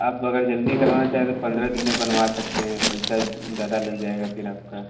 आप अगर जल्दी करना चाहेँ तो पंद्रह दिन में बनवा सकते है पैसा ज़्यादा लग जाएगा फिर आपका